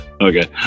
Okay